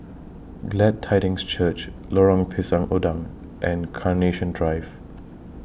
Glad Tidings Church Lorong Pisang Udang and Carnation Drive